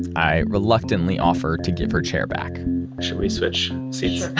i reluctantly offered to give her chair back should we switch seats? sure.